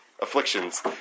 Afflictions